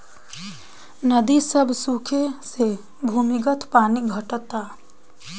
नदी सभ के सुखे से भूमिगत पानी घटता